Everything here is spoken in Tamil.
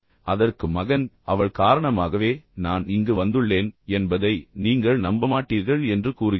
அதற்கு மகன் அவள் காரணமாகவே நான் இங்கு வந்துள்ளேன் என்பதை நீங்கள் நம்ப மாட்டீர்கள் என்று கூறுகிறார்